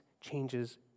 changes